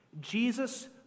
Jesus